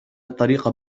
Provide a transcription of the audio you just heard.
الطريق